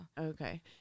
Okay